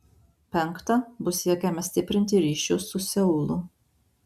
penkta bus siekiama stiprinti ryšius su seulu